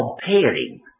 comparing